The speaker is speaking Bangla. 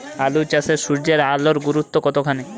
আলু চাষে সূর্যের আলোর গুরুত্ব কতখানি?